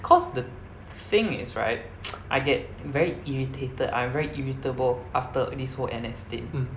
cause the thing is right I get very irritated I am very irritable after this whole N_S thing